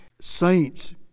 saints